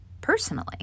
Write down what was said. personally